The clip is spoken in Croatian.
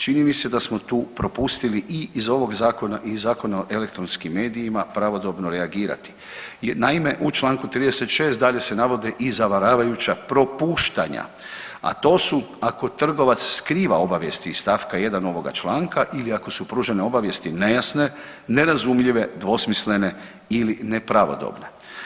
Čini mi se da smo tu propustili i iz ovog Zakona i i Zakona o elektronskim medijima pravodobno reagirati jer naime u čl. 36. dalje se navode i zavaravajuća propuštanja, a to su ako trgovac skriva obavijesti iz st. 1. ovoga članka ili ako su pružene obavijesti nejasne, nerazumljive, dvosmislene ili nepravodobne.